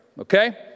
Okay